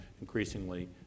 increasingly